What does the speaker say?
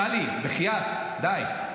טלי, בחייאת, די.